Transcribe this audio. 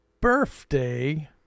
birthday